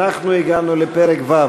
אנחנו הגענו לפרק ו'.